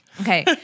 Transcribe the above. okay